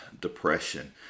depression